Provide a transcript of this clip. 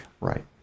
Right